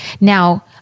Now